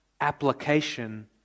application